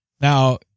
Now